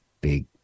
big